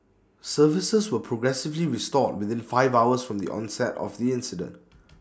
services were progressively restored within five hours from the onset of the incident